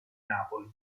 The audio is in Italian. napoli